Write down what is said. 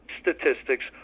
statistics